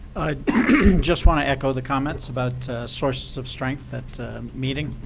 i just want to echo the comments about sources of strength, that meeting.